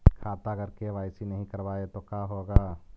खाता अगर के.वाई.सी नही करबाए तो का होगा?